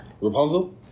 Rapunzel